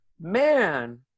man